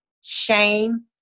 shame